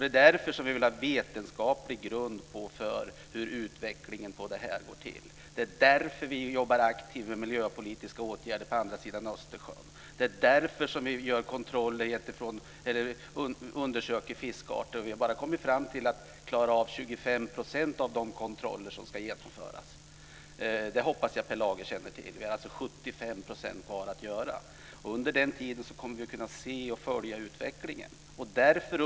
Det är därför vi vill ha en vetenskaplig grund och veta hur utvecklingen går till. Det är därför vi jobbar aktivt med miljöpolitiska åtgärder på andra sidan Östersjön. Det är därför vi undersöker fiskarter. Vi har bara klarat av 25 % av de kontroller som ska genomföras. Det hoppas jag att Per Lager känner till. Vi har alltså 75 % kvar att göra. Vi kommer att kunna följa utvecklingen.